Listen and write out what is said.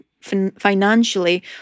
financially